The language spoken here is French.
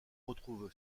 retrouvent